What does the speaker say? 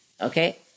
Okay